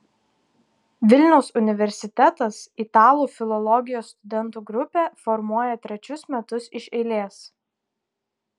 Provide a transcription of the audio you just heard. vilniaus universitetas italų filologijos studentų grupę formuoja trečius metus iš eilės